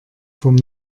vom